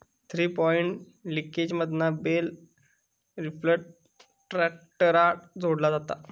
three point लिंकेजमधना bale lifter ट्रॅक्टराक जोडलो जाता